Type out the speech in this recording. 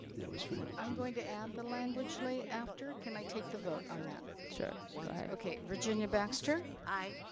that was friendly. i'm going to add the language lay after, can i take the vote on that? sure, go ahead. okay, virginia baxter? aye.